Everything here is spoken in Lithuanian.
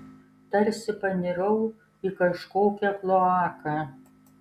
tarsi panirau į kažkokią kloaką